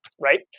right